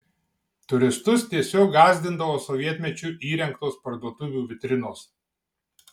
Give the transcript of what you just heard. turistus tiesiog gąsdindavo sovietmečiu įrengtos parduotuvių vitrinos